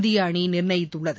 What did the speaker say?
இந்திய அணி நிர்ணயித்துள்ளது